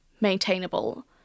maintainable